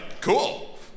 cool